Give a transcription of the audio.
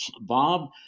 Bob